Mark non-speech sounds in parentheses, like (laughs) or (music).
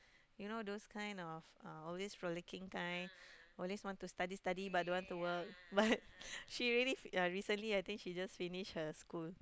you know those kind of uh always frolicking kind always want to study study but don't want to work but (laughs) she really ya recently I think she just finish her school